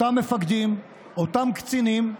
אותם מפקדים, אותם קצינים,